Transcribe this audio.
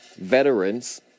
veterans